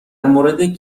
مورد